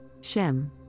Shem